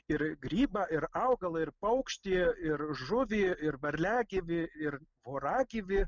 ir grybą ir augalą ir paukštį ir žuvį ir varliagyvį ir voragyvį